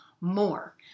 more